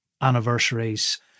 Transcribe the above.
anniversaries